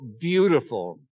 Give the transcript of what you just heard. beautiful